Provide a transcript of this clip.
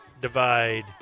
divide